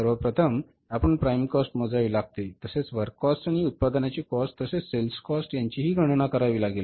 सर्वप्रथम आपणास prime cost मोजावी लगेल तसेच वर्क कॉस्ट आणि उत्पादनाची कॉस्ट तसेच सेल्स कॉस्ट यांची हि गणना करावी लागेल